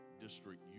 district